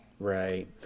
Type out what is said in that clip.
Right